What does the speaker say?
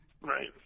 Right